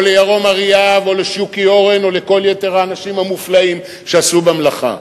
לירום אריאב או לשוקי אורן או לכל יתר האנשים המופלאים שעשו במלאכה,